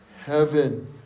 heaven